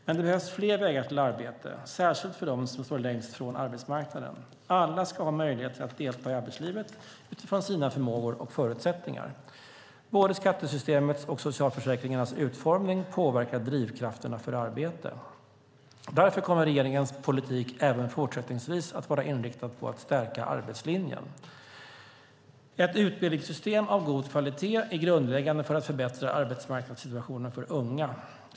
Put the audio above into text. Men det behövs fler vägar till arbete, särskilt för dem som står längst från arbetsmarknaden. Alla ska ha möjligheter att delta i arbetslivet utifrån sina förmågor och förutsättningar. Både skattesystemets och socialförsäkringarnas utformning påverkar drivkrafterna för arbete. Därför kommer regeringens politik även fortsättningsvis att vara inriktad på att stärka arbetslinjen. Ett utbildningssystem av god kvalitet är grundläggande för att förbättra arbetsmarknadssituationen för unga.